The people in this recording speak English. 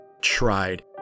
tried